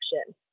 action